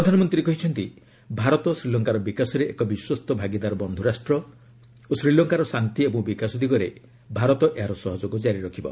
ପ୍ରଧାନମନ୍ତ୍ରୀ କହିଛନ୍ତି ଭାରତ ଶ୍ରୀଲଙ୍କାର ବିକାଶରେ ଏକ ବିଶ୍ୱସ୍ତ ଭାଗିଦାର ବନ୍ଧି ରାଷ୍ଟ୍ର ଓ ଶ୍ରୀଲଙ୍କାର ଶାନ୍ତି ଏବଂ ବିକାଶ ଦିଗରେ ଭାରତ ଏହାର ସହଯୋଗ ଜାରି ରଖିବ